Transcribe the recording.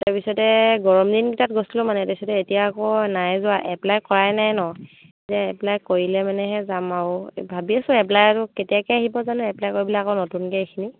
তাৰপিছতে গৰম দিনকেইটাত গৈছিলোঁ মানে তাৰপাছত এতিয়া আকৌ নাই যোৱা এপ্লাই কৰাই নাই নহ্ এতিয়া এপ্লাই কৰিলেমানেহে যাম আৰু ভাবি আছোঁ এপ্লাই আৰু কেতিয়াকৈ আহিব জানো এপ্লাই কৰিবলৈ আকৌ নতুনকৈ এইখিনি